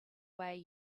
way